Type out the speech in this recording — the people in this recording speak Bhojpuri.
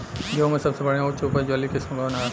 गेहूं में सबसे बढ़िया उच्च उपज वाली किस्म कौन ह?